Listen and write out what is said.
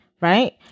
right